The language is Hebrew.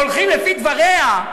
הולכים, לפי דבריה,